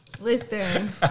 Listen